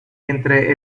entre